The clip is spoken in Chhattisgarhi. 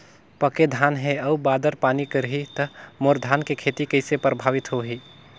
पके धान हे अउ बादर पानी करही त मोर धान के खेती कइसे प्रभावित होही?